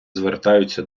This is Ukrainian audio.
звертаються